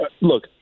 look